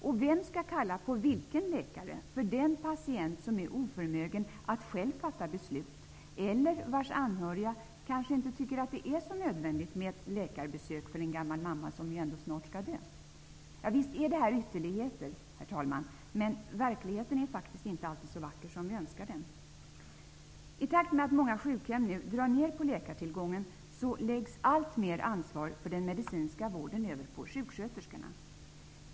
Och vem skall kalla på vilken läkare för den patient som är oförmögen att själv fatta beslut eller vars anhöriga kanske inte tycker att det är så nödvändigt med ett läkarbesök för en gammal mamma som ju ändå snart skall dö? Visst är detta ytterligheter, herr talman, men verkligheten är faktiskt inte alltid så vacker som vi önskar den. I takt med att många sjukhem nu drar ner på läkartillgången läggs alltmer ansvar för den medicinska vården över på sjuksköterskorna.